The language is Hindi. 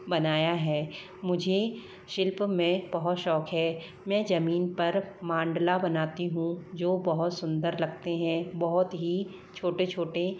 बनाया हैं मुझे शिल्प में बहुत शौक है मैं जमीन पर मांडला बनाती हूँ जो बहुत सुंदर लगते हैं बहुत ही छोटे छोटे